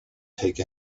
take